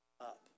up